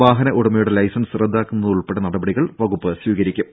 വാഹന ഉടമയുടെ ലൈസൻസ് റദ്ദാക്കുന്നതുൾപ്പെടെ നടപടികൾ വകുപ്പ് സ്വീകരിക്കും